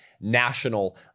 national